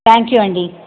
thank you అండి